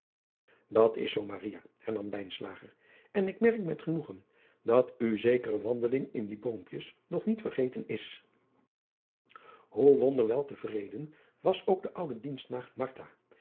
at is zoo hernam en ik merk met genoegen dat u zekere wandeling in die oompjes nog niet vergeten is oe wonder wel te vreden was ook de oude